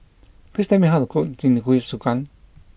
please tell me how to cook Jingisukan